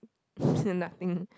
nothing